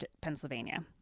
Pennsylvania